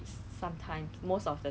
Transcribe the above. tampines yes